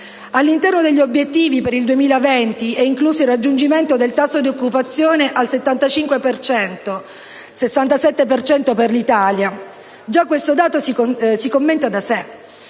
All'interno degli obiettivi per il 2020 è incluso il raggiungimento del tasso di occupazione al 75 per cento (67 per cento per l'Italia). Già questo dato si commenta da sé.